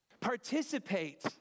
participate